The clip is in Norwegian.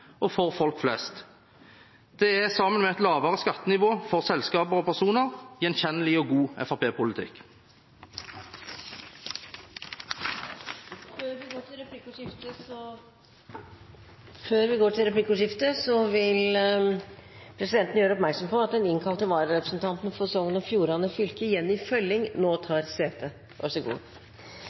tilgjengelige for folk flest. Dette er godt nytt både for miljøet, for trafikksikkerheten og for folk flest. Det er, sammen med et lavere skattenivå for selskaper og personer, en gjenkjennelig og god Fremskrittsparti-politikk Den innkalte vararepresentanten for Sogn og Fjordane fylke, Jenny Følling, har nå